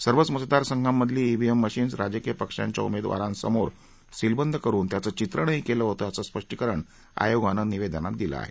सर्वच मतदारसंघांमधली EVM machines राजकीय पक्षांच्या उमेदवारांसमोर सीलबंद करून त्याचं चित्रणही केलं होतं असं स्पष्टीकरण आयोगानं निवेदनात दिलं आहे